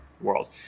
world